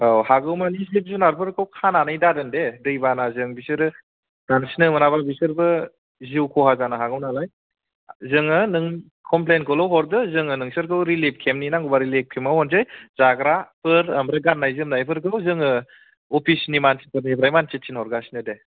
औ हागौमानि जिब जुनारफोरखौ खानानै दादोनदे दै बानाजों बिसोरो सानस्रिनो मोनाबा बिसोरबो जिउ खहा जानो हागौ नालाय जोङो नों कमप्लेन खौल' हरदो जोङो नोंसोरखौ रिलिफ खेम्पनि नांगौ बा रिलिफ खेम्पआव हरनोसै जाग्राफोर ओमफ्राय गाननाय जोमनाय फोरखौ जोङो अफिसनि मानसिफोरनिफ्राय मानसि थोनहरगासिनो दे